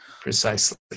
precisely